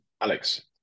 Alex